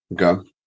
okay